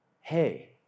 hey